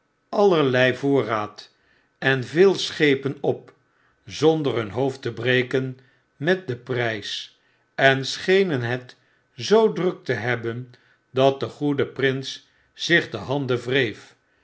allerlei voorraad en veel schepen op zonder hun hoofd te breken met den prys en schenen het zoo druk te hebben dat de goede prins zich de handen wreef